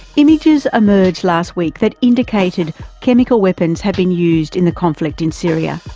images emerged last week that indicated chemical weapons have been used in the conflict in syria.